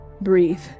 breathe